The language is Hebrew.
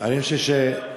אם זה החרם